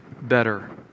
better